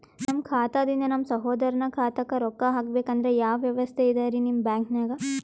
ನಮ್ಮ ಖಾತಾದಿಂದ ನಮ್ಮ ಸಹೋದರನ ಖಾತಾಕ್ಕಾ ರೊಕ್ಕಾ ಹಾಕ್ಬೇಕಂದ್ರ ಯಾವ ವ್ಯವಸ್ಥೆ ಇದರೀ ನಿಮ್ಮ ಬ್ಯಾಂಕ್ನಾಗ?